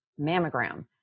mammogram